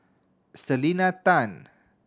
Selena Tan